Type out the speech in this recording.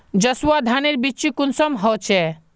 जसवा धानेर बिच्ची कुंसम होचए?